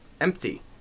empty